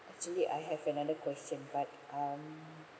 actually I have another question but um